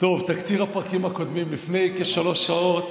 תקציר הפרקים הקודמים: לפני כשלוש שעות